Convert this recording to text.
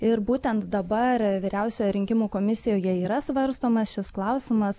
ir būtent dabar vyriausioje rinkimų komisijoje yra svarstomas šis klausimas